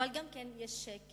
אבל גם כן יש שקר